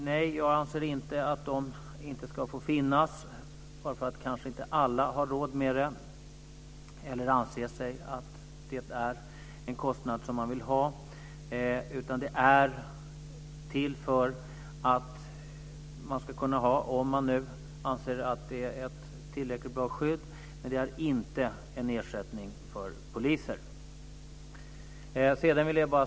Nej, jag anser inte att de här bolagen inte ska få finnas bara för att alla kanske inte har råd med detta eller för att man anser att det är en kostnad som man inte vill ha. Detta är till för att man ska kunna ha ett tillräckligt bra skydd, om man nu anser att det är det. Men det är inte en ersättning för poliser.